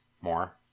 more